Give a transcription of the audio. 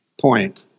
Point